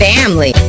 Family